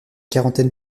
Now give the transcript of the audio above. quarantaine